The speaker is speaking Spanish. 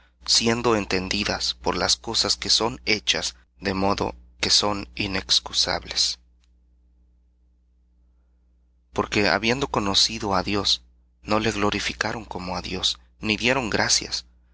siendo entendidas por las cosas que son hechas de modo que son inexcusables porque habiendo conocido á dios no le glorificaron como á dios ni dieron gracias